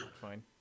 fine